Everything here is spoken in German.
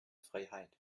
freiheit